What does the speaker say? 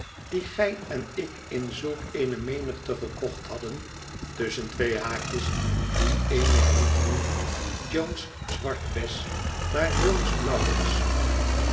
die gij en ik in zulk eene menigte gekocht hadden tusschen twee haakjes ue eene heette niet jones zwartbes maar jones blauwbes